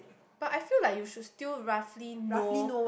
but I feel like you should still roughly know